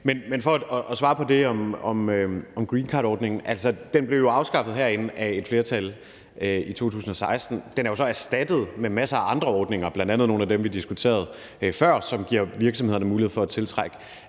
Men for at svare på det om greencardordningen blev den jo afskaffet herinde af et flertal i 2016. Den er jo så erstattet af masser af andre ordninger, bl.a. nogle af dem, vi diskuterede før, som giver virksomhederne mulighed for at tiltrække